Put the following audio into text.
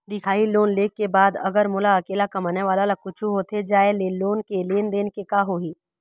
दिखाही लोन ले के बाद अगर मोला अकेला कमाने वाला ला कुछू होथे जाय ले लोन के लेनदेन के का होही?